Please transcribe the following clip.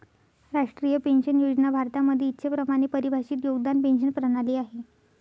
राष्ट्रीय पेन्शन योजना भारतामध्ये इच्छेप्रमाणे परिभाषित योगदान पेंशन प्रणाली आहे